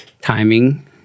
timing